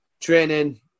training